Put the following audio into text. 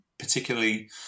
particularly